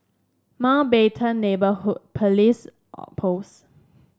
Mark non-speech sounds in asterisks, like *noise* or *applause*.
Mountbatten Neighbourhood Police *hesitation* Post